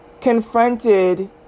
confronted